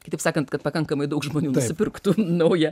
kitaip sakant kad pakankamai daug žmonių pirktų naują